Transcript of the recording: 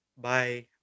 Bye